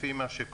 לפי מה שקורה,